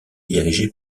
dirigé